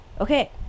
Okay